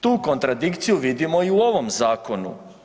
Tu kontradikciju vidimo i u ovom zakonu.